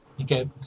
okay